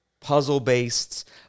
puzzle-based